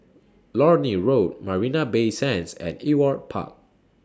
Lornie Road Marina Bay Sands and Ewart Park